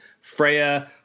Freya